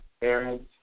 parents